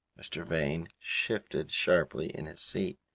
mr. vane shifted sharply in his seat,